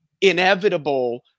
inevitable